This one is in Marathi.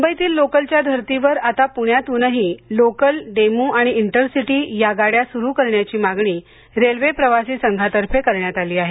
मुंबईतील लोकलच्या धर्तीवर आता पुण्यातूनही लोकल डेमू आणि इंटरसिटी या गाड्या सुरू करण्याची मागणी रेल्वे प्रवासी संघातर्फे करण्यात आली आहे